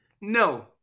No